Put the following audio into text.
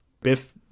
Biff